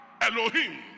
Elohim